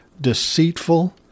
deceitful